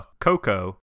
Coco